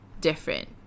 different